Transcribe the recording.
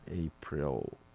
April